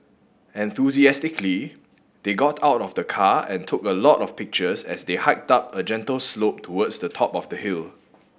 enthusiastically they got out of the car and took a lot of pictures as they hiked up a gentle slope towards the top of the hill